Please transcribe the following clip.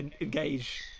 engage